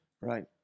Right